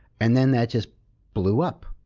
and then that just blew up.